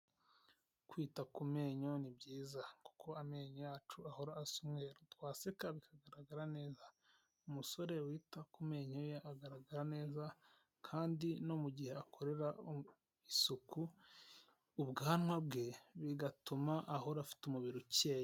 Kwita ku menyo ni byiza kuko amenyo yacu ahora asa umweru twaseka bikagaragara neza, umusore wita ku menyo ye agaragara neza kandi no mu mugihe akorera isuku ubwanwa bwe bigatuma ahora afite umubiri ukeye.